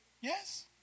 Yes